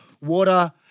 water